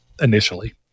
initially